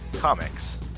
Comics